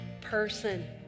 person